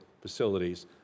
facilities